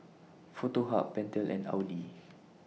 Foto Hub Pentel and Audi